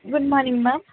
good morning ma'am